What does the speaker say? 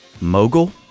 mogul